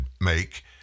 make